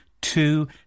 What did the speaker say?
two